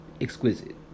exquisite